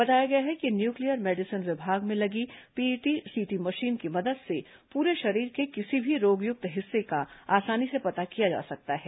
बताया गया है कि न्यूक्लियर मेडिसीन विभाग में लगी पीईटी सीटी मशीन की मदद से पूरे शरीर के किसी भी रोगयुक्त हिस्से का आसानी से पता किया जा सकता है